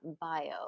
bio